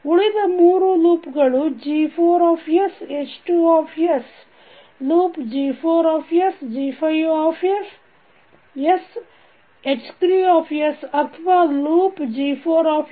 ಉಳಿದ ಮೂರು ಲೂಪ್ ಗಳು G4sH2 ಲೂಪ್ G4sG5sH3 ಅಥವಾ ಲೂಪ್ G4sG6sH3